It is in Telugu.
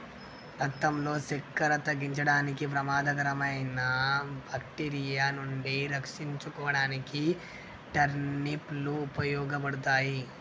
రక్తంలో సక్కెర తగ్గించడానికి, ప్రమాదకరమైన బాక్టీరియా నుండి రక్షించుకోడానికి టర్నిప్ లు ఉపయోగపడతాయి